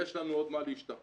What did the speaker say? יש לנו עוד מה להשתפר.